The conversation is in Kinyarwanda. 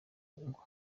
ngwa